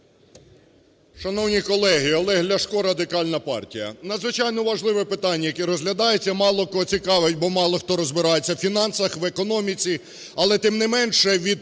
Шановні колеги! Олег Ляшко, Радикальна партія. Надзвичайно важливе питання, яке розглядається, мало кого цікавить, бо мало хто розбирається у фінансах, в економіці. Але тим не менше від того, які